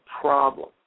problem